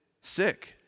sick